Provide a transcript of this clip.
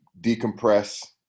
decompress